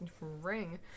ring